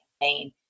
campaign